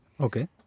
Okay